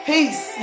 Peace